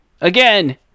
Again